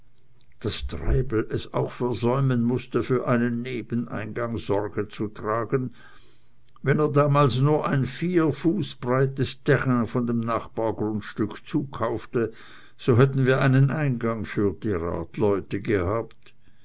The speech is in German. daß treibel es auch versäumen mußte für einen nebeneingang sorge zu tragen wenn er damals nur ein vier fuß breites terrain von dem nachbargrundstück zukaufte so hätten wir einen eingang für derart leute gehabt